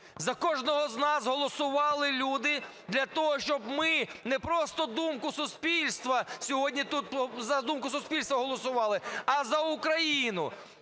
за кожного з нас голосували люди для того, щоб ми не просто сьогодні тут за думку суспільства голосували, а за Україну.